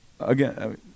Again